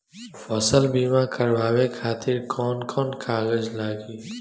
फसल बीमा करावे खातिर कवन कवन कागज लगी?